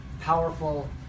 powerful